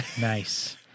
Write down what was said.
Nice